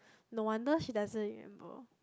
no wonder she doesn't remember